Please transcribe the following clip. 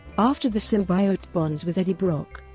after the symbiote bonds with eddie brock.